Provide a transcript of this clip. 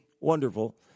wonderful